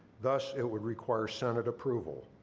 thus, it would require senate approval,